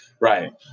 Right